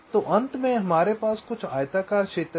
तो अंत में हमारे पास कुछ आयताकार क्षेत्र हैं